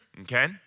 okay